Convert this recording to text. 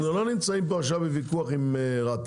אנחנו לא נמצאים פה עכשיו בוויכוח עם רת"א,